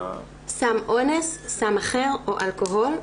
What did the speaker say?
סם אונס, סם אחר או אלכוהול.